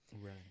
Right